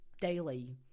daily